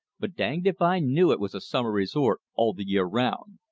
but danged if i knew it was a summer resort all the year round.